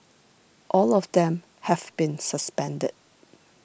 all of them have been suspended